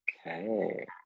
okay